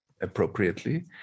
appropriately